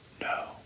No